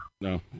No